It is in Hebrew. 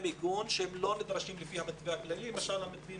מיגון שלא נדרשים לפי המתווה הכללי כמו למשל החוצצים